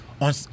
on